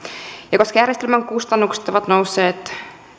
ja koska järjestelmän kustannukset ovat nousseet